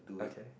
okay